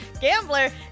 gambler